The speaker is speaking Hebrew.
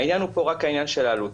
העניין פה הוא רק העניין של העלות.